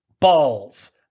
Balls